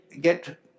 get